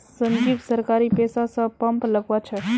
संजीव सरकारी पैसा स पंप लगवा छ